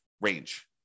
range